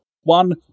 One